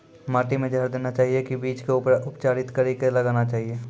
माटी मे जहर देना चाहिए की बीज के उपचारित कड़ी के लगाना चाहिए?